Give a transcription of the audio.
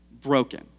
broken